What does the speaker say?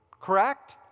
correct